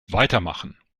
weitermachen